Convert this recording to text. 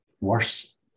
worse